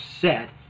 set